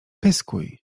pyskuj